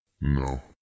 No